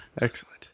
Excellent